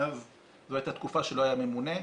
מאז לא הייתה תקופה שלא היה ממונה,